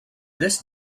this